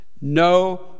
no